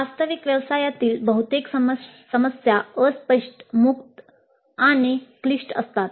वास्तविक व्यवसायातील बहुतेक समस्या अस्पष्ट मुक्त आणि क्लिष्ट असतात